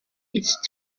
ist